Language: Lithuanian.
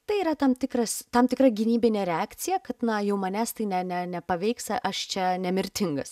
tai yra tam tikras tam tikra gynybinė reakcija kad na jau manęs tai ne ne nepaveiks aš čia nemirtingas